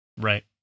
Right